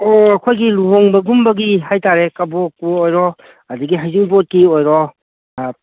ꯑꯣ ꯑꯣ ꯑꯩꯈꯣꯏꯒꯤ ꯂꯨꯍꯣꯡꯕꯒꯨꯝꯕꯒꯤ ꯍꯥꯏꯇꯥꯔꯦ ꯀꯕꯣꯛꯄꯨ ꯑꯣꯏꯔꯣ ꯑꯗꯒꯤ ꯍꯩꯖꯤꯡꯄꯣꯠꯀꯤ ꯑꯣꯏꯔꯣ